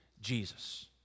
Jesus